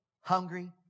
Hungry